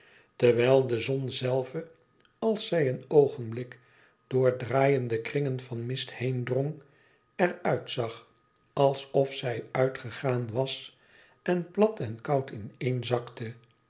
terwijl de zon zelve als zij een oogenblik door draaiende kringen van mist heendrong er uitzag alsof zij uitgegaan was en plat en koud ineenzakte